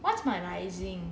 what's my rising